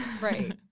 Right